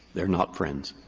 they're not friends.